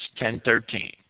10.13